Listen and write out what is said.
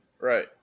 Right